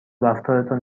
رفتارتان